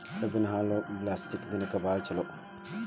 ಕಬ್ಬಿನ ಹಾಲು ಬ್ಯಾಸ್ಗಿ ದಿನಕ ಬಾಳ ಚಲೋ